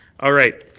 all right.